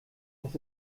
das